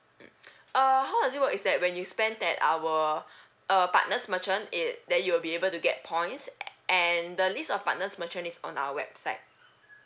mm uh how does it work is that when you spend at our uh partner's merchant it then you'll be able to get points an~ and the list of partner's merchant is on our website